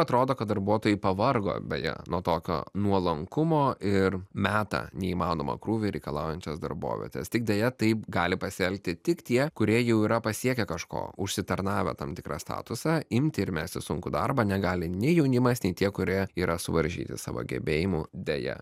atrodo kad darbuotojai pavargo beje nuo tokio nuolankumo ir meta neįmanomą krūvį reikalaujančias darbovietes tik deja taip gali pasielgti tik tie kurie jau yra pasiekę kažko užsitarnavę tam tikrą statusą imti ir mesti sunkų darbą negali nei jaunimas nei tie kurie yra suvaržyti savo gebėjimų deja